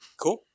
Cool